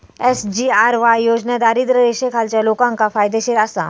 SGRY योजना दारिद्र्य रेषेखालच्या लोकांका फायदेशीर आसा